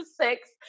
six